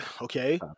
Okay